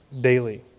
daily